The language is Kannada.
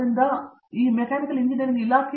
ಆದ್ದರಿಂದ ಅದು ಬಹುತೇಕ ಮಿನಿ ಕಾಲೇಜುಗಳಂತೆಯೇ ಇದೆ